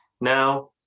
Now